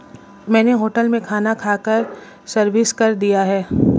मैंने होटल में खाना खाकर सर्विस कर दिया है